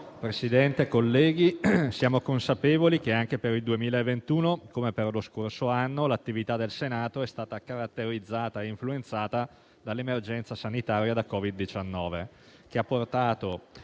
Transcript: brevissimo. Siamo consapevoli che anche per il 2021, come per lo scorso anno, l'attività del Senato è stata caratterizzata e influenzata dall'emergenza sanitaria Covid-19, che ha portato